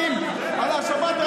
על השבת,